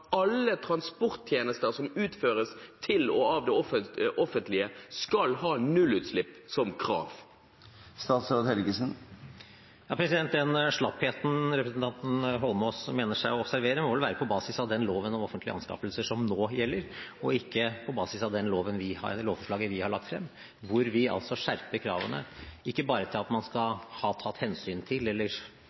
alle transporttjenester som utføres til og av det offentlige, skal ha nullutslipp? Den slappheten representanten Holmås mener å observere, må vel være på basis av den loven om offentlige anskaffelser som nå gjelder, og ikke på basis av det lovforslaget vi har lagt frem, hvor vi skjerper kravene ikke bare til at man skal krysse av en boks for å ha tatt hensyn til